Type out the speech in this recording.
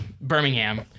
Birmingham